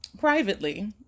privately